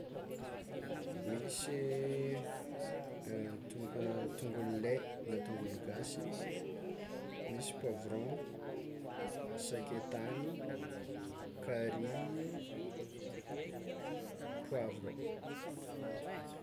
Misy tong- tongolo ley na tongolo gasy, misy poivron, sakaitany, carry, poavra.